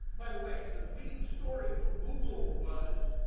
by the way, the lead story from google was,